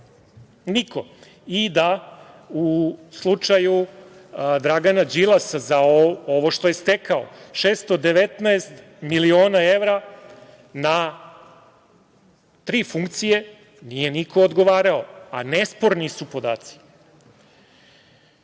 niko, i da u slučaju Dragana Đilasa, ovo što je stekao, 619 miliona evra, na tri funkcije, nije niko odgovarao, a nesporni su